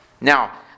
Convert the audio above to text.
Now